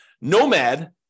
Nomad